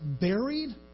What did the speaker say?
buried